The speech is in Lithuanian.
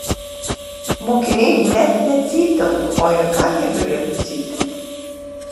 mokiniai net necypteltų o ir kam jie galėtų cyptelti